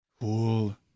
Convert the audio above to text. Cool